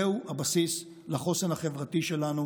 זהו הבסיס לחוסן החברתי שלנו,